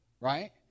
right